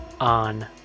on